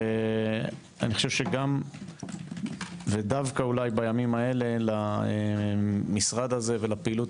גם ודווקא בימים האלה למשרד הזה ולפעילות